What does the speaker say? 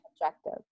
objective